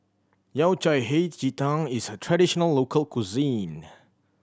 Yao Cai Hei Ji Tang is a traditional local cuisine